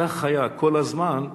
כך היה כל הזמן,